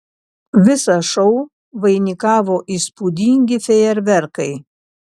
visą šou vainikavo įspūdingi fejerverkai